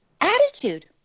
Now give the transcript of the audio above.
attitude